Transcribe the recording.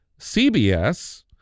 CBS